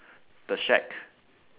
the shack